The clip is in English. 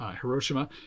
Hiroshima